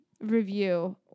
review